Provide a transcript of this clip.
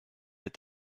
est